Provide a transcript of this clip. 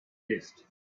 list